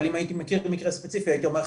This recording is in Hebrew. אבל אם הייתי מכיר ספציפי הייתי אומר לך